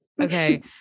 okay